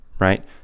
Right